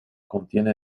contiene